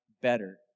better